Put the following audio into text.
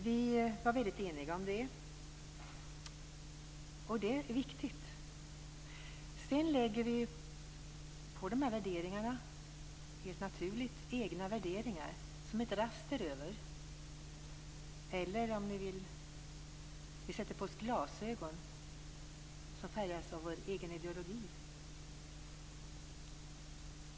Vi var eniga om detta. Det är viktigt. Sedan lägger vi på dessa värderingar helt naturligt egna värderingar som ett raster över eller, om ni vill, så sätter vi på oss glasögon som färgas av vår egen ideologi.